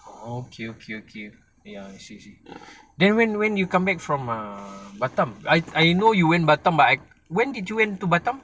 oh okay okay okay ya see I see I see then when when you come back from err batam I I know you went batam but I when did you went to batam